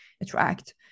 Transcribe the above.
attract